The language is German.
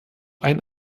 einen